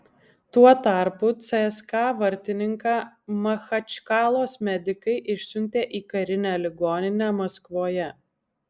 tuo tarpu cska vartininką machačkalos medikai išsiuntė į karinę ligoninę maskvoje